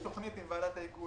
ודבר